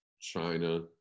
China